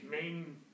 main